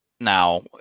Now